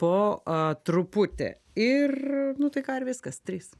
po a truputį ir nu tai ką ir viskas trys